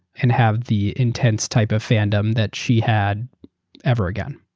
and have the intense type of fandom that she had ever again.